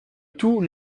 tous